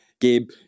Gabe